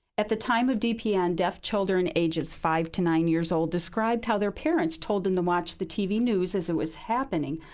at the time of dpn, deaf children ages five to nine years old described how their parents told them the watch the tv news as it was happening,